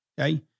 okay